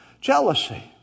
Jealousy